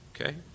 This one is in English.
Okay